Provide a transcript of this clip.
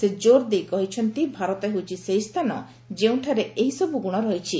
ସେ ଜୋର୍ ଦେଇ କହିଛନ୍ତି ଭାରତ ହେଉଛି ସେହି ସ୍ଥାନ ଯେଉଁଠାରେ ଏହିସବୁ ଗୁଣ ରହିଛି